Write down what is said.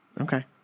Okay